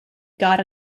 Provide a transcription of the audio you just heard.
got